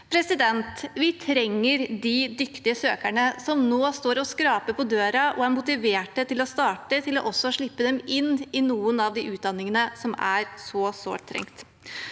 i livet. Vi trenger de dyktige søkerne som nå står og skraper på døren og er motivert til å starte, og vi må også slippe dem inn i noen av de utdanningene som er så sårt trengt.